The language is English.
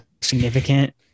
significant